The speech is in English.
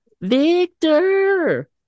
Victor